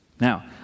Now